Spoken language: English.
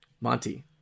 Monty